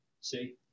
See